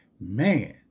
man